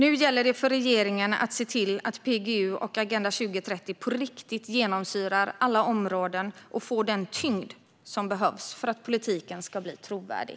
Nu gäller det för regeringen att se till att PGU och Agenda 2030 på riktigt genomsyrar alla områden och får den tyngd som behövs för att politiken ska bli trovärdig.